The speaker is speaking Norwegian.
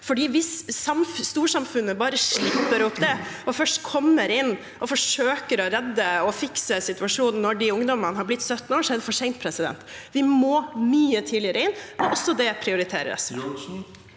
Hvis storsamfunnet bare slipper opp og først kommer inn og forsøker å redde og fikse situasjonen når de ungdommene er blitt 17 år, er det for sent. Vi må mye tidligere inn, og også det prioriteres.